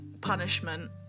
punishment